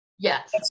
Yes